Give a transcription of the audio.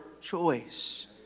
choice